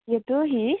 यतो हि